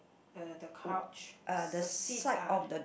the the couch the seats are